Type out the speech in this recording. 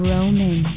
Roman